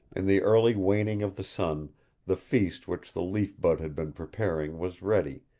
in the early waning of the sun the feast which the leaf bud had been preparing was ready,